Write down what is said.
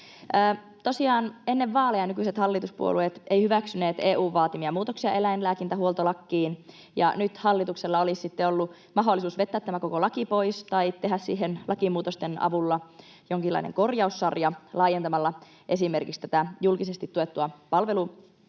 ennen vaaleja nykyiset hallituspuolueet eivät hyväksyneet EU:n vaatimia muutoksia eläinlääkintähuoltolakiin, ja nyt hallituksella olisi sitten ollut mahdollisuus vetää tämä koko laki pois tai tehdä siihen lakimuutosten avulla jonkinlainen korjaussarja laajentamalla esimerkiksi tätä julkisesti tuettua